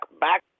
back